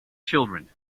children